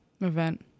event